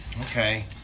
Okay